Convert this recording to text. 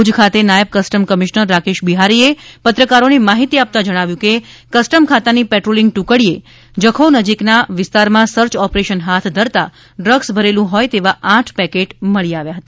ભુજ ખાતે નાયબ custom commissioner Rakesh બિહારીએ પત્રકારોને માહિતી આપતા જણાવ્યુ હતું કે કસ્ટમ ખાતાની પેટ્રોલિંગ ટુકડીએ જખૌ નજીકના સ્યાહી બેટ વિસ્તારમાં સર્ચ ઓપરેશન હાથ ધરતા ડ્રગ્સ ભરેલું હોય તેવા આઠ પેકેટ મળી આવ્યા હતા